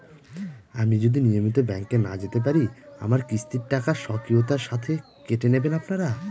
আমি যদি নিয়মিত ব্যংকে না যেতে পারি আমার কিস্তির টাকা স্বকীয়তার সাথে কেটে নেবেন আপনারা?